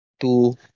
two